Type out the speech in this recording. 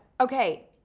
Okay